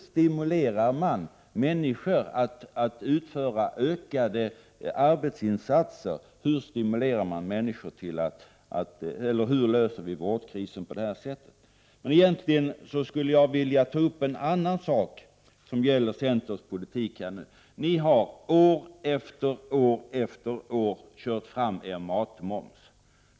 Stimulerar man människor att utföra ökade arbetsinsatser och löser man vårdkrisen på det här sättet? Men egentligen vill jag ta upp en annan sak i centerns politik. Ni har år efter år kört fram er matmoms.